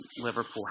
Liverpool